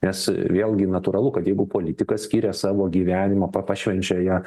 nes vėlgi natūralu kad jeigu politikas skiria savo gyvenimą pa pašvenčia ją